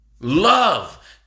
Love